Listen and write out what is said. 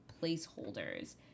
placeholders